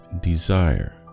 desire